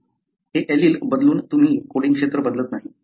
हे एलील बदलून तुम्ही कोडिंग क्षेत्र बदलत नाही